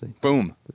boom